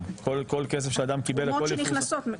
מובן, רשמנו ואנחנו נתקן את זה.